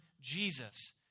Jesus